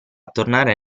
tornare